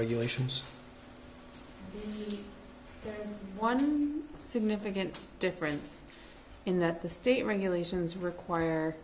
regulations one significant difference in that the state regulations require